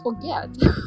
forget